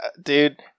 Dude